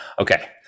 Okay